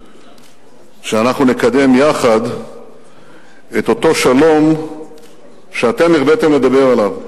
שאנחנו נקדם יחד את אותו שלום שאתם הרביתם לדבר עליו.